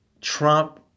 Trump